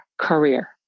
career